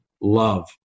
love